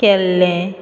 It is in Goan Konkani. केल्लें